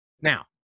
Now